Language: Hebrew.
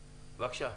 בבקשה.